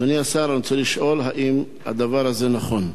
אדוני השר, אני רוצה לשאול: האם הדבר הזה נכון?